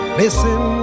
listen